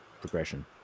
progression